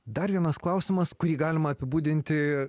dar vienas klausimas kurį galima apibūdinti